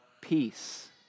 peace